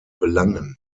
belangen